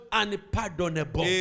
unpardonable